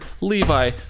levi